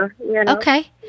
Okay